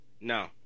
no